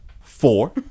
four